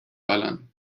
ballern